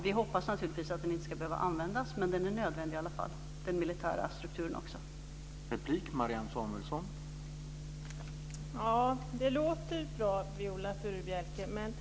Vi hoppas naturligtvis att den inte ska behöva användas, men den militära strukturen är nödvändig i alla fall.